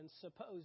suppose